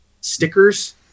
stickers